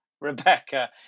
rebecca